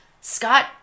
Scott